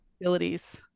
abilities